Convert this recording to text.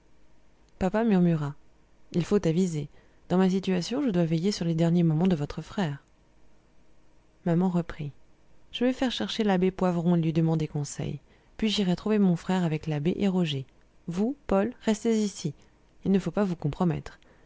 papa murmura il faut aviser dans ma situation je dois veiller sur les derniers moments de votre frère maman reprit je vais faire chercher l'abbé poivron et lui demander conseil puis j'irai trouver mon frère avec l'abbé et roger vous paul restez ici il ne faut pas vous compromettre